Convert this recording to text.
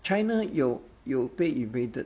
china 有有被 invaded